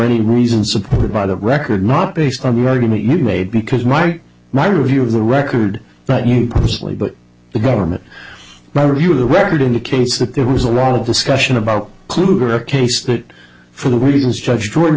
any reason supported by the record not based on the argument you made because right my review of the record that you personally but the government better view of the record indicates that there was a lot of discussion about kluger a case that for the reasons judge jordan